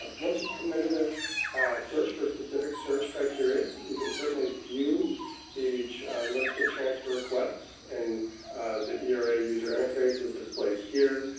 um once you've submitted a search for specific search criteria, you can certainly view the list of transfer requests and the era user interface is displayed here.